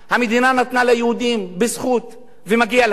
המדינה נתנה ליהודים בזכות, ומגיע להם.